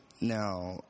now